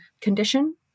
condition